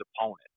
opponent